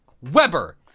Weber